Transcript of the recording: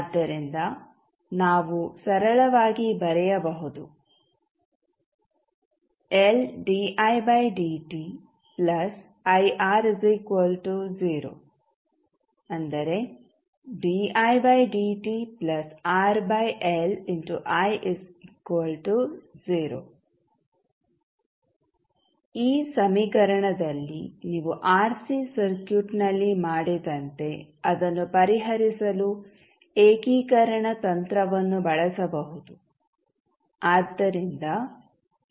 ಆದ್ದರಿಂದ ನಾವು ಸರಳವಾಗಿ ಬರೆಯಬಹುದು ಈ ಸಮೀಕರಣದಲ್ಲಿ ನೀವು ಆರ್ಸಿ ಸರ್ಕ್ಯೂಟ್ನಲ್ಲಿ ಮಾಡಿದಂತೆ ಅದನ್ನು ಪರಿಹರಿಸಲು ಏಕೀಕರಣ ತಂತ್ರವನ್ನು ಬಳಸಬಹುದು